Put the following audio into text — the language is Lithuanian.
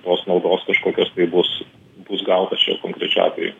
tos naudos kažkokios tai bus bus gautas šiuo konkrečiu atveju